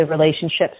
relationships